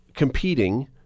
Competing